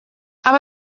aber